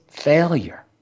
failure